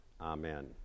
Amen